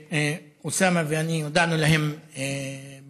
שאוסאמה ואני הודענו להם בעבר,